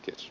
kiitos